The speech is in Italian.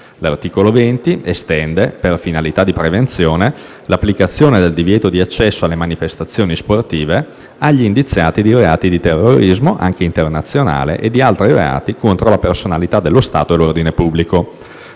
L'articolo 20 estende, per finalità di prevenzione, l'applicazione del divieto di accesso a manifestazioni sportive agli indiziati di reati di terrorismo anche internazionale e di altri reati contro la personalità dello Stato e l'ordine pubblico.